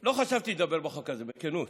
לא חשבתי לדבר על החוק הזה, בכנות,